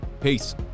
peace